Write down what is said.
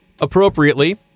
Appropriately